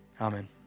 Amen